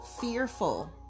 fearful